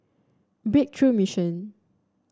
Breakthrough Mission